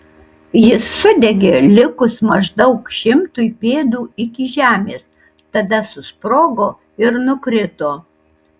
jis sudegė likus maždaug šimtui pėdų iki žemės tada susprogo ir nukrito